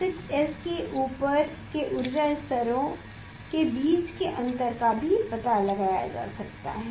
6s के ऊपर के ऊर्जा स्तरों के बीच के अंतर का भी पता लगाया जा सकता है